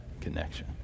connection